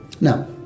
Now